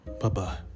Bye-bye